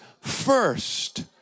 first